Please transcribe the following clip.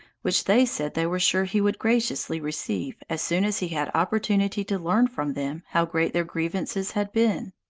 which they said they were sure he would graciously receive as soon as he had opportunity to learn from them how great their grievances had been.